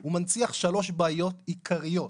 שהוא מנציח שלוש בעיות עיקריות.